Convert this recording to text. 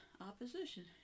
opposition